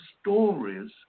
stories